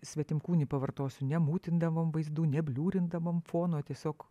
svetimkūnį pavartosiu nemūtindavom vaizdų nebliūrindavom fono tiesiog